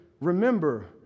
remember